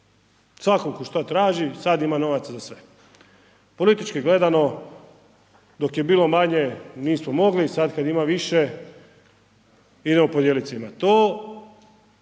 Svakom tko šta traži, sad ima novaca za sve. Politički gledano, dok je bilo manje, nismo mogli, sad kad ima više idemo podijeliti svima.